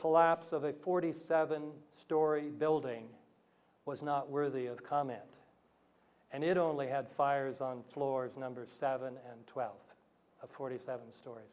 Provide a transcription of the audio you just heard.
collapse of a forty seven story building was not worthy of comment and it only had fires on floors number seven and twelve forty seven stor